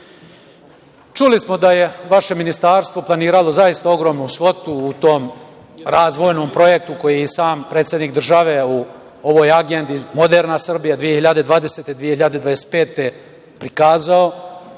smo da je vaše Ministarstvo planiralo zaista ogromnu svotu u tom razvojnom projektu koji je i sam predsednik države u ovoj agendi - moderna Srbija 2020. – 2025. godine,